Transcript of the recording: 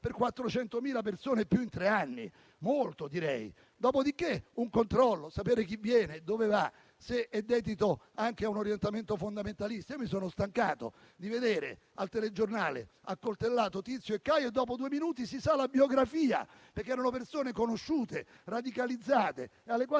per 400.000 persone più in tre anni: molto, direi. Ci sono poi controlli per sapere chi viene, dove va, se è dedito anche a un orientamento fondamentalista. Io mi sono stancato di vedere al telegiornale accoltellato Tizio e Caio e, dopo due minuti, si sa la biografia perché erano persone conosciute, radicalizzate, alle quali